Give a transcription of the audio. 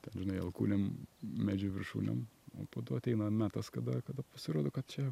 ten žinai alkūnėm medžių viršūnėm o po to ateina metas kada kada pasirodo kad čia